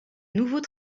nouveaux